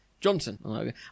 Johnson